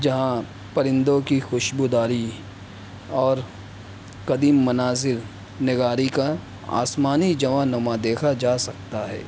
جہاں پرندوں کی خوشبوداری اور قدیم مناظر نگاری کا آسمانی جواں نماں دیکھا جا سکتا ہے